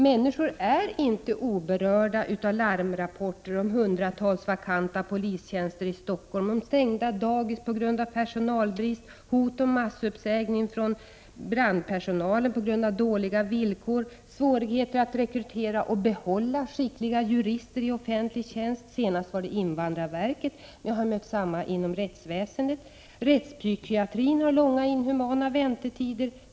Människor är inte oberörda av larmrapporter om hundratals vakanta polistjänster i Stockholm, om stängda dagis på grund av personalbrist, om hot om massuppsägning bland brandpersonalen på grund av dåliga villkor, om svårigheter att rekrytera och behålla skickliga jurister i offentlig tjänst. Senast var det invandrarverket, men jag har mött samma sak inom rättsväsendet. Rättspsykiatrin har långa inhumana väntetider.